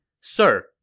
Sir